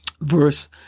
verse